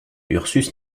ursus